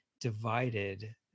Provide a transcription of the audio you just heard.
divided